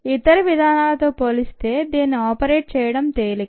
ఇతర విధానాలతో పోలిస్తే దీనిని ఆపరేట్ చేయడం తేలిక